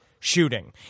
shooting